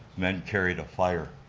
men carry the fire.